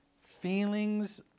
feelings